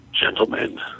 gentlemen